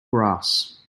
grass